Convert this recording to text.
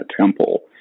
temple